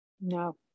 No